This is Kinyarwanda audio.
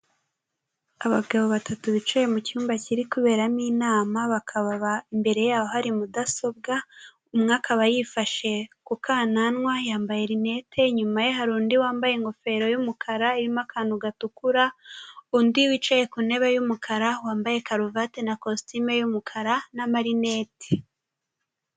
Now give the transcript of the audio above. Abagabo batatu bicaye mu cyumba kiri kuberamo inama, bakaba ba imbere yaho hari mudasobwa, umwe akaba yifashe ku kananwa yambaye rinete, inyuma ye hari undi wambaye ingofero y'umukara irimo akantu gatukura, undi wicaye ku ntebe y'umukara wambaye karuvate na kositimu y'umukara n'amarinete.